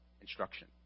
instruction